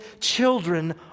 Children